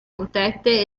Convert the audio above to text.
protette